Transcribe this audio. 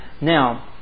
Now